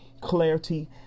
clarity